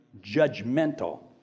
judgmental